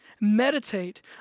Meditate